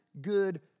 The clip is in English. good